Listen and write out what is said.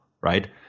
right